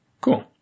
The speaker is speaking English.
Cool